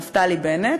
נפתלי בנט,